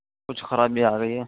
کچھ خرابی آ گئی ہے